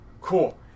cool